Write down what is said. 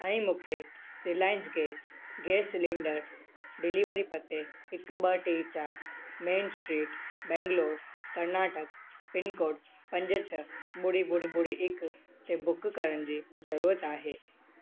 ऐं मूंखे Reliance gas gas cylinder delivery पते हिकु ॿ टे चारि main street Bengaluru Karnataka pincode पंज छह ॿुड़ी ॿुड़ी ॿुड़ी हिकु खे बुक करण जी जरूरत आहे